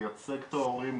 לייצג את ההורים,